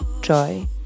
joy